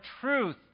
truth